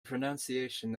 pronunciation